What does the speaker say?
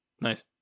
Nice